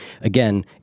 again